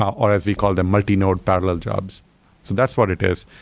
or as we call them, multi-node parallel jobs. so that's what it is.